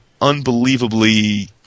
unbelievably